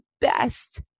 best